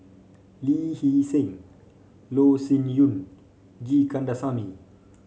Lee Hee Seng Loh Sin Yun G Kandasamy